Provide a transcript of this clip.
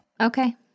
Okay